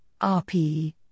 RPE